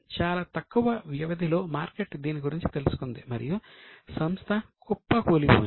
చాలా తక్కువ వ్యవధిలో మార్కెట్ దీని గురించి తెలుసుకుంది మరియు సంస్థ కుప్ప కూలిపోయింది